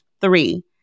Three